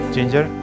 Ginger